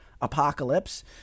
Apocalypse